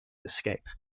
escape